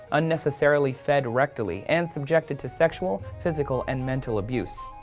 unnecessarily fed rectally and subjected to sexual, physical and mental abuse.